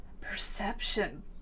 Perception